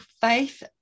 Faith